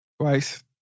Twice